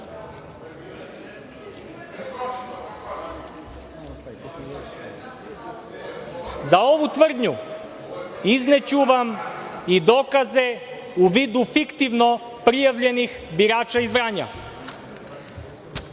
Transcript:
ovu tvrdnju izneću vam i dokaze u vidu fiktivno prijavljenih birača iz Vranja.